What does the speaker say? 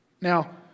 now